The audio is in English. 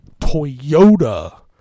Toyota